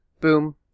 boom